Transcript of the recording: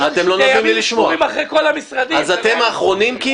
אתם האחרונים?